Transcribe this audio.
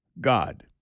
God